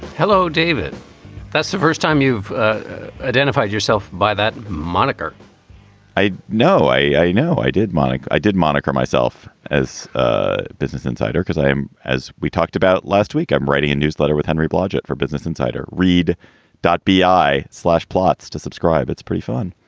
hello, david that's the first time you've identified yourself by that moniker i know. i i know. i did monarch. i did monicker myself as ah business insider because i am as we talked about last week, i'm writing a newsletter with henry blodget for business insider read dot b i slash plotts to subscribe. it's pretty fun.